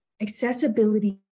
accessibility